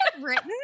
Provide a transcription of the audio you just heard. written